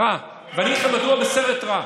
בסרט רע, ואני אגיד לכם מדוע בסרט רע.